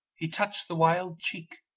he touched the wild cheek,